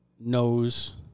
Knows